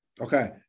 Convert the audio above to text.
Okay